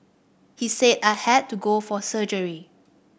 he said I had to go for surgery